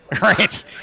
Right